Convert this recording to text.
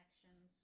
connections